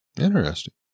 Interesting